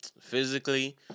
physically